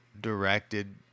directed